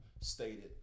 stated